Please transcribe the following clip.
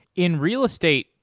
in real estate,